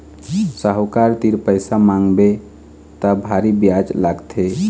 साहूकार तीर पइसा मांगबे त भारी बियाज लागथे